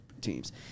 teams